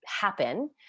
happen